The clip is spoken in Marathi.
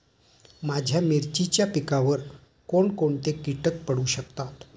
माझ्या मिरचीच्या पिकावर कोण कोणते कीटक पडू शकतात?